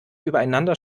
übereinander